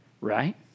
Right